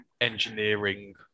engineering